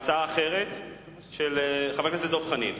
הצעה אחרת של חבר הכנסת דב חנין,